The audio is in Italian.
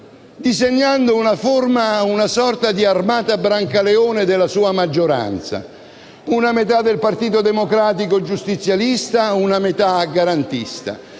disegnando una sorta di armata Brancaleone della sua maggioranza: una metà del Partito Democratico giustizialista, una metà garantista.